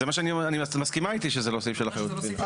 את מסכימה איתי שזה לא סעיף של אחריות קפידה.